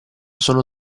sono